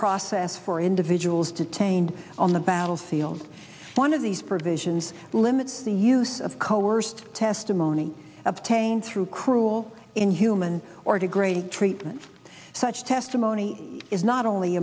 process for individuals to tain on the battlefield one of these provisions limits the use of coerced testimony obtained through cruel inhuman or degrading treatment such testimony is not only